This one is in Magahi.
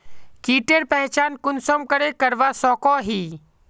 कीटेर पहचान कुंसम करे करवा सको ही?